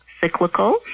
cyclical